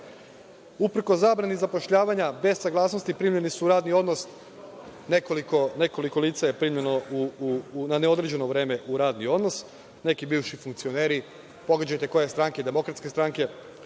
Uprkos zabrani zapošljavanja, bez saglasnosti, primljeni su u radni odnos, nekoliko lica je primljeno na neodređeno vreme, neki bivši funkcioneri, pogađajte koje stranke, DS itd.